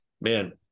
man